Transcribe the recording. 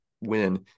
win